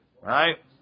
right